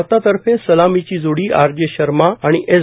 भारतातर्फे सलामीची जोडी आर जे शर्मा आणि एस